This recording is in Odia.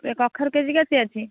ଏବେ କଖାରୁ କେଜି କେତେ ଅଛି